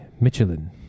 Michelin